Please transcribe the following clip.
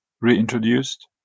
Reintroduced